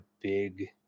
big